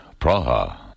Praha